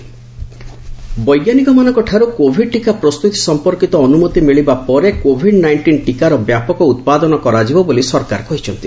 Covid vaccine ବୈଜ୍ଞାନିକମାନଙ୍କଠାରୁ Covid ଟୀକା ପ୍ରସ୍ତୁତି ସମ୍ପର୍କିତ ଅନୁମତି ମିଳିବା ପରେ କୋଭିଡ୍ ନାଇଷ୍ଟିନ୍ ଟିକାର ବ୍ୟାପକ ଉତ୍ପାଦନ କରାଯିବ ବୋଲି ସରକାର କହିଛନ୍ତି